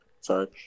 sorry